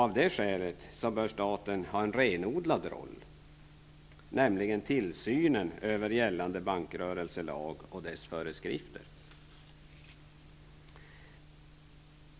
Av detta skäl bör staten ha en renodlad roll, nämligen tillsyn över gällande bankrörelselag och dess föreskrifter.